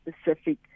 specific